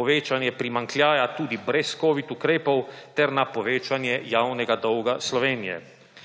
povečanje primanjkljaja tudi brez covid ukrepov ter na povečanje javnega dolga Slovenije.